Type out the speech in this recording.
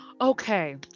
Okay